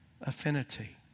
affinity